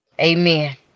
Amen